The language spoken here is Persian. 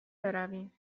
برویم